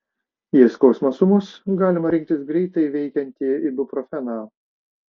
jei skausmas ūmus galima rinktis greitai veikiantį ibuprofeną